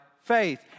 faith